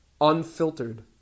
unfiltered